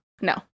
No